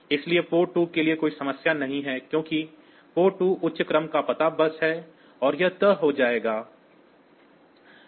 इसलिए पोर्ट 2 के लिए कोई समस्या नहीं है क्योंकि पोर्ट 2 उच्च क्रम का पता बस है और यह तय हो गया है